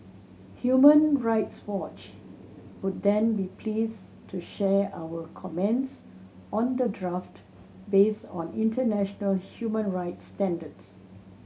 Human Rights Watch would then be pleased to share our comments on the draft based on international human rights standards